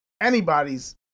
Anybody's